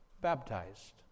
baptized